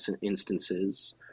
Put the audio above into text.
instances